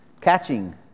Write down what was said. catching